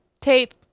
tape